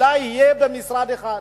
אלא יהיה במשרד אחד,